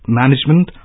management